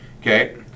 okay